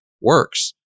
works